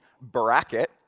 bracket